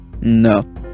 no